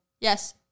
Yes